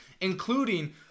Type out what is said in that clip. including